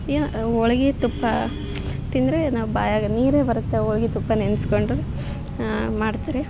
ಏನು ಹೋಳ್ಗಿ ತುಪ್ಪ ತಿಂದರೆ ನಾವು ಬಾಯಾಗೆ ನೀರೇ ಬರತ್ತೆ ಹೋಳ್ಗಿ ತುಪ್ಪ ನೆನೆಸ್ಕೊಂಡ್ರೆ ಮಾಡ್ತಾರೆ